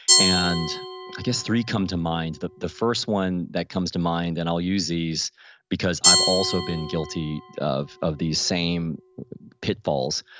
and i guess three come to mind. the the first one that comes to mind, and i'll use these because i've also been guilty of of these same pitfalls,